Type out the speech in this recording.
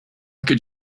could